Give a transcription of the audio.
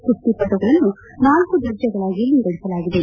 ಕುಸ್ತಿಪಟುಗಳನ್ನು ನಾಲ್ಲು ದರ್ಜೆಗಳಾಗಿ ವಿಂಗಡಿಸಲಾಗಿದೆ